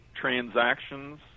transactions